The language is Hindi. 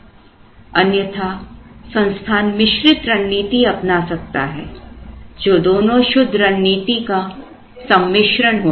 अन्यथा संस्थान मिश्रित रणनीति अपना सकता है जो दोनों शुद्ध रणनीति का सम्मिश्रण होगी